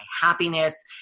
happiness